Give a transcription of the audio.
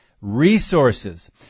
resources